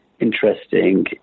interesting